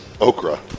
Okra